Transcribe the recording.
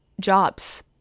jobs